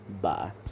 Bye